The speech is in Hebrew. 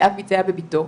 שאב ביצע בבתו,